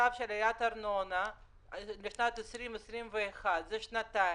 במצב של עליית ארנונה בשנת 2021, זה שנתיים,